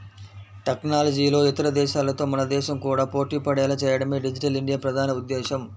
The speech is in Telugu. టెక్నాలజీలో ఇతర దేశాలతో మన దేశం కూడా పోటీపడేలా చేయడమే డిజిటల్ ఇండియా ప్రధాన ఉద్దేశ్యం